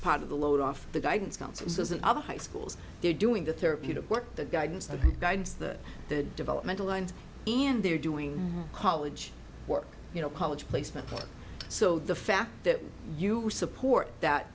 part of the load off the guidance counselors and other high schools they're doing the therapeutic work the guidance the guidance the the developmental and in they're doing college work you know college placement so the fact that you support that